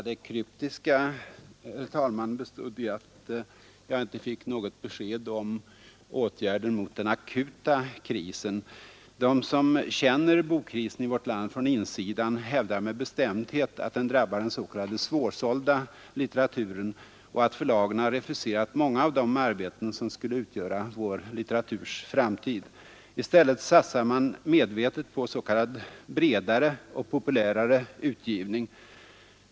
Herr talman! Det kryptiska bestod i att jag inte fick något besked om åtgärder mot den akuta krisen. De som känner bokkrisen i vårt land från insidan hävdar med Ida litteraturen och att bestämdhet, att den drabbar den s.k. svå förlagen har refuserat många av de arbeten som skulle utgöra vår litteraturs framtid. I stället satsar man medvetet på s.k. bredare och populärare utgivning.